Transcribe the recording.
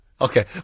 Okay